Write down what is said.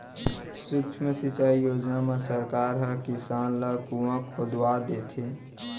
सुक्ष्म सिंचई योजना म सरकार ह किसान ल कुँआ खोदवा देथे